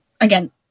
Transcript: again